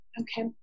Okay